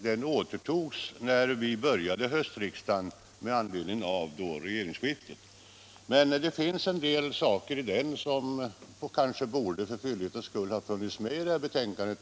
Med anledning av regeringsskiftet återtogs den när vi började höstriksdagen. Det finns emellertid vissa saker i moderata samlingspartiets partimotion som för fyllighetens skull borde ha redo = Nr 46 visats i betänkandet.